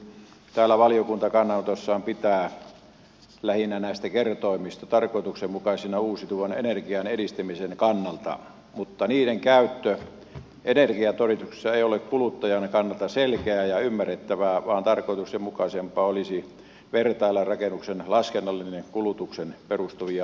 täällä valiokunta kannanotossaan pitää näitä kertoimia tarkoituksenmukaisina lähinnä uusiutuvan energian edistämisen kannalta mutta niiden käyttö energiatodistuksessa ei ole kuluttajan kannalta selkeää ja ymmärrettävää vaan tarkoituksenmukaisempaa olisi vertailla rakennuksen laskennallisia kulutukseen perustuvia arvoja keskenään